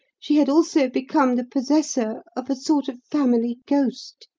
she had also become the possessor of a sort of family ghost.